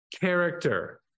character